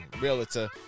realtor